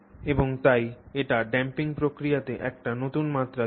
এবং তাই এটি ড্যাম্পিং প্রক্রিয়াটিতে একটি নতুন মাত্রা যোগ করে